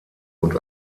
und